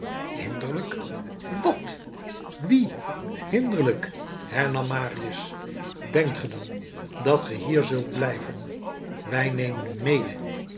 hinderlijk wat wie hinderlijk hernam marius denkt ge dan dat ge hier zult blijven wij nemen u mede